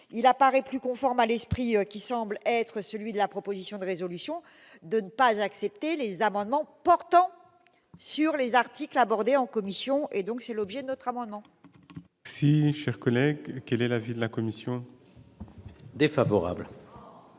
il apparaît plus conforme à l'esprit, qui semble être celui de la proposition de résolution de ne pas accepter les amendements portant sur les articles aborder en commission et donc c'est l'objet de notre amendement. Si chers collègues, quel est l'avis de la commission. Défavorable.